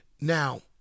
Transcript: Now